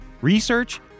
research